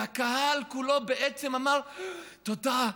והקהל כולו בעצם אמר: תודה,